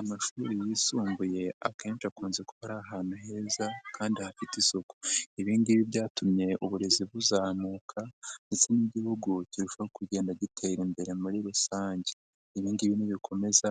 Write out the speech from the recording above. Amashuri yisumbuye akenshi akunze kuba ari ahantu heza kandi hafite isuku ibingibi byatumye uburezi buzamuka ndetse n'igihugu kirushaho kugenda gitera imbere muri rusange ibingibi ni bikomeza